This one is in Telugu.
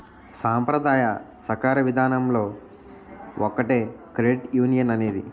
సాంప్రదాయ సాకార విధానంలో ఒకటే క్రెడిట్ యునియన్ అనేది